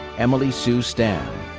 emily sue stam.